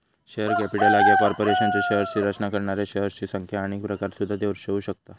share capital ह्या कॉर्पोरेशनच्या शेअर्सची रचना करणाऱ्या शेअर्सची संख्या आणि प्रकार सुद्धा दर्शवू शकता